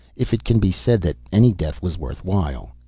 if it can be said that any death was worth while.